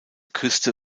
küste